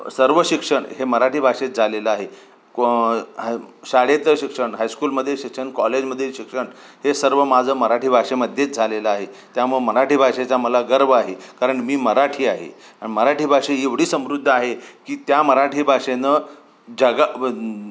सर्व शिक्षण हे मराठी भाषेत झालेलं आहे को हे शाळेत शिक्षण हायस्कूलमध्ये शिक्षण कॉलेजमधील शिक्षण हे सर्व माझं मराठी भाषेमध्येच झालेलं आहे त्यामुळं मराठी भाषेचा मला गर्व आहे कारण मी मराठी आहे आणि मराठी भाषा ही एवढी समृद्ध आहे की त्या मराठी भाषेनं जगा